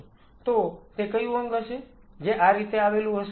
તો તે કયું અંગ હશે જે આ રીતે આવેલું હશે